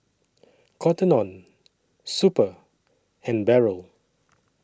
Cotton on Super and Barrel